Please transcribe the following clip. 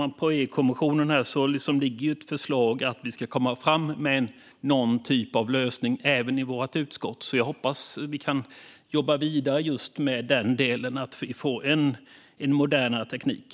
Nu ligger det ett förslag från EU-kommissionen om att vi ska komma fram med någon typ av lösning även i vårt utskott. Jag hoppas att vi kan jobba vidare med den delen och få en modernare teknik.